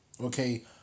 Okay